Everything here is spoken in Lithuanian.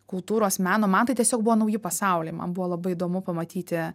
kultūros meno man tai tiesiog buvo nauji pasauliai man buvo labai įdomu pamatyti